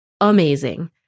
amazing